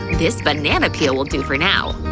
this banana peel will do for now.